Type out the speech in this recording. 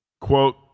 Quote